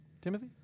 Timothy